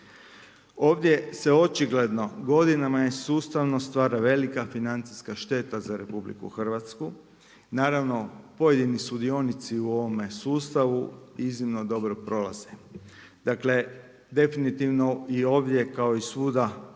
Ovdje se očigledno godinama sustavno stvara velika financijska šteta za RH. Naravno pojedini sudionici u ovome sustavu iznimno dobro prolaze. Dakle definitivno i ovdje kao i svuda